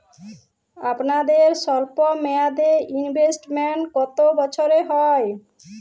আপনাদের স্বল্পমেয়াদে ইনভেস্টমেন্ট কতো বছরের হয়?